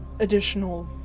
additional